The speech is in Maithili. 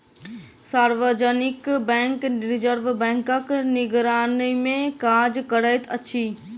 सार्वजनिक बैंक रिजर्व बैंकक निगरानीमे काज करैत अछि